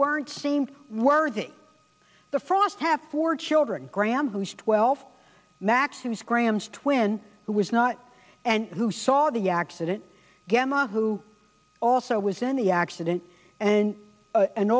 weren't seemed worthy the frost have four children graham who's twelve maximus grams twin who was not and who saw the accident gamma who also was in the accident and an